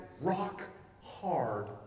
rock-hard